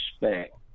respect